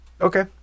Okay